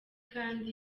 kandi